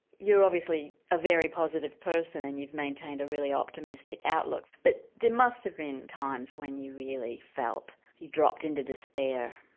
you're obviously a very positive person and you've maintained a really optimistic outlook, but there must have been times when you really felt you'd dropped into despair?